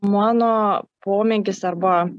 mano pomėgis arba